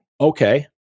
okay